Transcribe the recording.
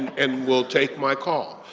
and will take my call.